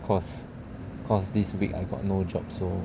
because because this week I got no job so